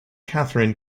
katherine